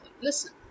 listen